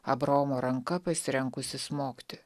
abraomo ranka pasirengusi smogti